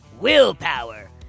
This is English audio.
Willpower